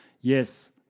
Yes